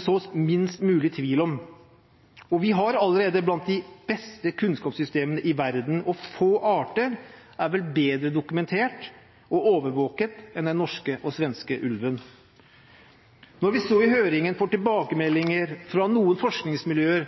sås minst mulig tvil om. Vi har allerede blant de beste kunnskapssystemene i verden, og få arter er vel bedre dokumentert og overvåket enn den norske og svenske ulven. Når vi så i høringen får tilbakemeldinger fra noen forskningsmiljøer